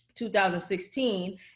2016